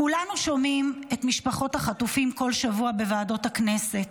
כולנו שומעים את משפחות החטופים בכל שבוע בוועדות הכנסת,